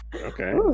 Okay